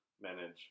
manage